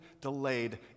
delayed